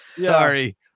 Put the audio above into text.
Sorry